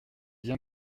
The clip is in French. bien